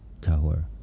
tower